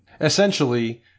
Essentially